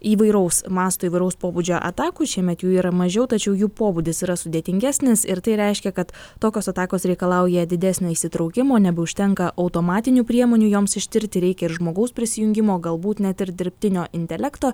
įvairaus masto įvairaus pobūdžio atakų šiemet jų yra mažiau tačiau jų pobūdis yra sudėtingesnis ir tai reiškia kad tokios atakos reikalauja didesnio įsitraukimo nebeužtenka automatinių priemonių joms ištirti reikia ir žmogaus prisijungimo galbūt net ir dirbtinio intelekto